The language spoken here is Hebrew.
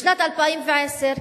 בשנת 2010,